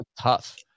tough